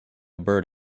bird